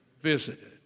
visited